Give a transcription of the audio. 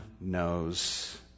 knows